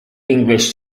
english